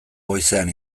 goizean